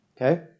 Okay